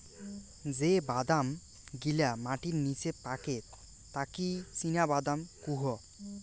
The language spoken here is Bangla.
যে বাদাম গিলা মাটির নিচে পাকে তাকি চীনাবাদাম কুহু